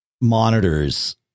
monitors